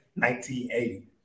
1980